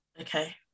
Okay